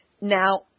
Now